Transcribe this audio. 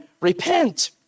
repent